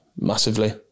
massively